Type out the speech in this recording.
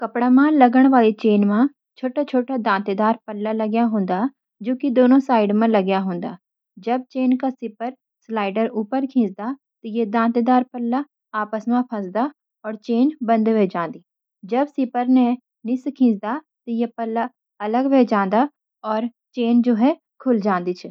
कपड़ा मा लागण वाली चेन मा छोटे-छोटे दांतेदार पल्ले लग्या होंदा, जोकि दोनों साइड मा लग्या होंदा। जब चेन का सिपर (स्लाइडर) ऊपर खिंचदा, त यी दांतेदार पल्ले आपस मा फंसदा और चेन बंद हो जांदी। जब सिपर ने नीचे खिंचदा, त यी पल्ले अलग हो जांदा, और चेन खुल जांदी।